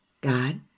God